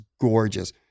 gorgeous